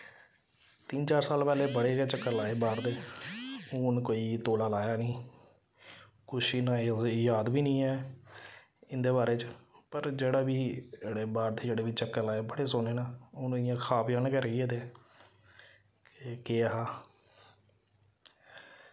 तिन्न चार साल पैह्लें बड़े गै चक्कर लाए बाह्र दे हून कोई तौला लाया निं किश इन्ना जाद बी निं ऐ इं'दे बारे च पर जेह्ड़ा बी एड़े बाह्र दे जेह्ड़े बी चक्कर लाए बड़े सोह्ने न हून इ'यां ख्वाब जन गै रेही गेदे के गेआ हा